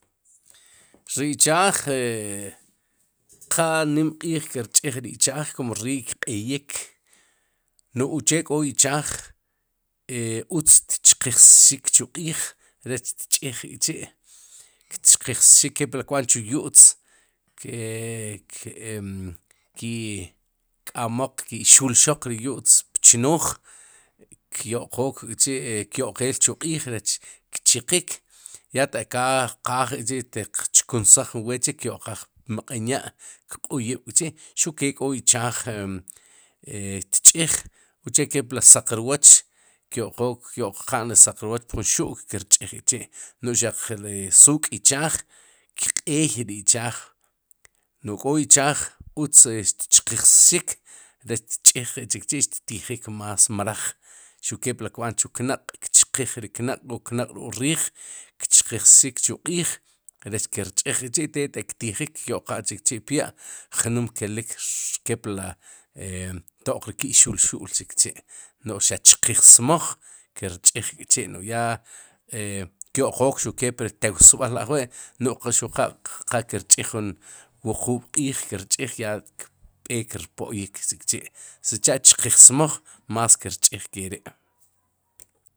Ri ichaaj e qanim q'iij ki rch'ij ri ichaaj kum rii kq'eyik nu'j uche k'o ichaaj e uzt tchqijsxik chu q'iij rech tch'ij k'chi' kchqijsxik kepli kb'aan chu yu'tz kek em ki'k'amoq k'i xulxoq ri yu'tz pchnooj kyo'qook kyo'qeel chu q'iij rech kchiqik ya taq kaj qaaj k'chi' teq chkunsaj jun weet chik kyo'qaaj pmq'en ya' kq'uyib' k'chi' xuq kee k'o ichaa e tch'iij uche kepli saq rwooch, kyo'qook, kyo'qa'n ri saq rwooch pjun xu'k kir ch'ij k'chi' no'j ri xaq suuk'ichaaj kq'eey ri ichaaj no'j k'o ichaaj utz tchqijxik, rech tch'ij qe chikchi' xttijik más mroj. xuq kepli kb'aan chu knaq' kchqiij ri knaq' k'o knaq'ruk'riij, kchqiijxik chu q'iij rech ki rch'ij k'chi'te taq ktijik kyo'qan chikchi'pya' jnum kelik kepla e to'q ke'xu'lxu'l chik chi' no'j xaq chqijsmoj ki rch'ij k'chi' no'j yaa e kyo'qook xuke pri tewsb'al ajwi' no'j xu qa kirch'ij ju wuqub'q'iij ki rch'ij ya kb'eek rpo'yik chik chi' sich'chqijmoj más kirch'ij ke ri'.